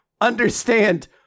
understand